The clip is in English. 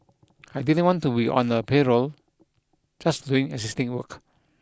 I didn't want to be on a payroll just doing existing work